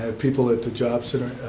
ah people at the job center,